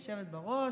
יושבת בראש.